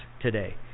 today